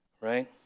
right